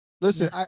Listen